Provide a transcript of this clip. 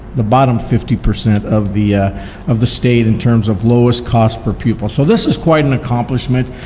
the bottom fifty percent of the of the state in terms of lowest cost per pupil. so this is quite an accomplishment.